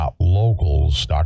Locals